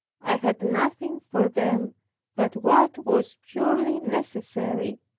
i had nothing for them but what was purely necessary,